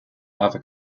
other